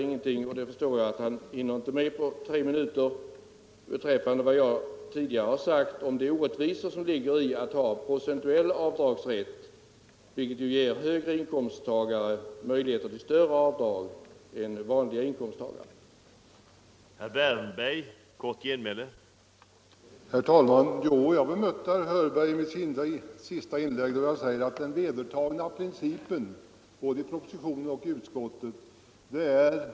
Jag förstår att herr Wärnberg inte hann att på tre minuter svara på vad jag tidigare sagt om de orättvisor som ligger i procentuell avdragsrätt, vilket ju ger högre inkomsttagare möjligheter till större avdrag än vad vanliga inkomsttagare har.